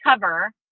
cover